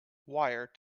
wire